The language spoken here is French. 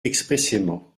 expressément